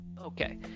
Okay